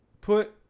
put